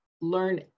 Learn